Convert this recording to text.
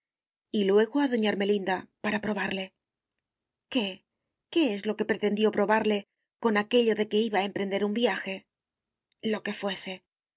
luego a doña ermelinda para probarle qué qué es lo que pretendió probarle con aquello de que iba a emprender un viaje lo que fuese